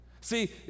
See